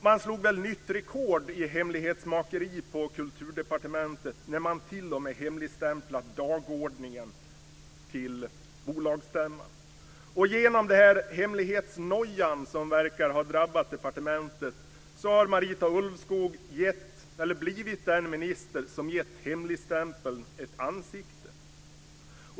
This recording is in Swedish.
Man slog väl nytt rekord i hemlighetsmakeri på Kulturdepartementet när man t.o.m. hemligstämplade dagordningen till bolagsstämman. Genom hemlighetsnojan som verkar ha drabbat departementet har Marita Ulvskog blivit den minister som gett hemligstämpeln ett ansikte.